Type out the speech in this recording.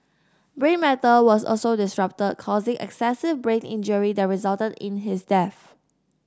brain matter was also disrupted causing excessive brain injury that resulted in his death